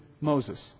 Moses